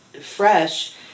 fresh